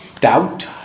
doubt